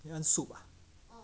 you want soup ah